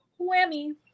Whammy